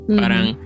parang